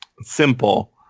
simple